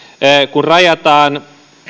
kun rajataan